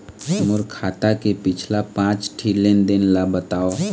मोर खाता के पिछला पांच ठी लेन देन ला बताव?